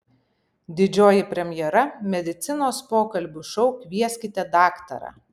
didžioji premjera medicinos pokalbių šou kvieskite daktarą